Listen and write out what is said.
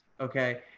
okay